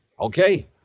Okay